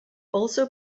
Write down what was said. also